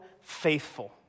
faithful